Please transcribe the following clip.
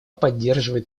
поддерживает